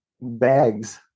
bags